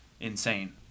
insane